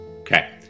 Okay